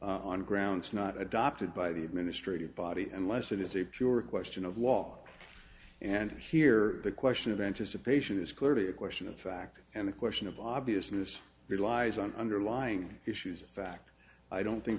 on grounds not adopted by the administrative body unless it is a pure question of walk and here the question of anticipation is clearly a question of fact and the question of obviousness relies on underlying issues of fact i don't think